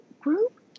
group